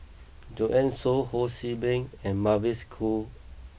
Joanne Soo Ho See Beng and Mavis Khoo